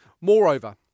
Moreover